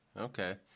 okay